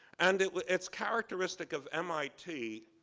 and it's characteristic of mit